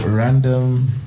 Random